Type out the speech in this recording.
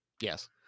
Yes